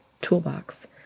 toolbox